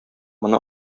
моны